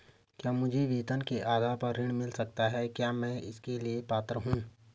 क्या मुझे वेतन के आधार पर ऋण मिल सकता है क्या मैं इसके लिए पात्र हूँ?